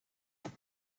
them